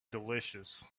delicious